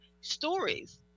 stories